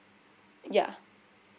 ya